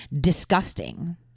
disgusting